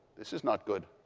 this is not good.